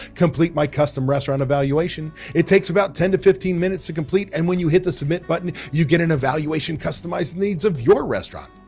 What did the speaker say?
complete my custom restaurant evaluation. it takes about ten to fifteen minutes to complete, and when you hit the submit button, you get an evaluation, customized needs of your restaurant.